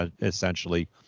essentially